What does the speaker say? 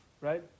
right